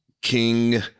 king